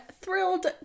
thrilled